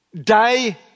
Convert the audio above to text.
day